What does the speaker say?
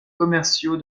commerciaux